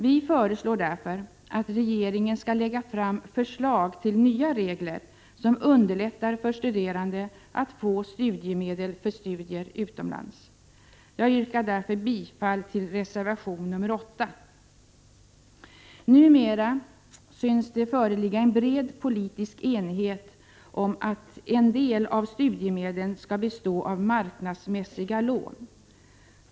Vi föreslår därför att regeringen skall lägga fram förslag till nya regler, som underlättar för studerande att få studiemedel för studier utomlands. Jag yrkar därför bifall till reservation 8. Numera synes det föreligga en bred politisk enighet om att en del av studiemedlen skall bestå av marknadsmässiga lån.